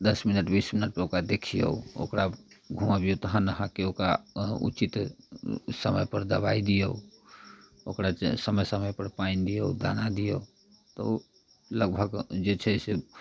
दश मिनट बीस मिनट पे ओकरा देखिऔ ओकरा घुमबिऔ तहन अहाँकेँ ओकरा उचित समय पर दवाइ दिऔ ओकरा समय समय पर पानि दिऔ दाना दिऔ तऽ लगभग जे छै से